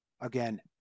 again